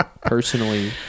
personally